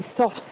soft